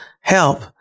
help